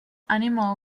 animal